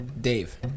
Dave